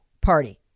Party